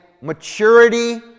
maturity